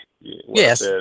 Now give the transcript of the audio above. yes